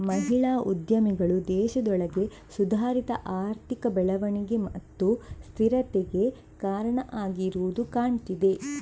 ಮಹಿಳಾ ಉದ್ಯಮಿಗಳು ದೇಶದೊಳಗೆ ಸುಧಾರಿತ ಆರ್ಥಿಕ ಬೆಳವಣಿಗೆ ಮತ್ತು ಸ್ಥಿರತೆಗೆ ಕಾರಣ ಆಗಿರುದು ಕಾಣ್ತಿದೆ